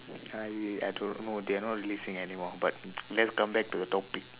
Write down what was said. I I don't know they're not releasing anymore but let's come back to the topic